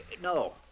No